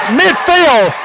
midfield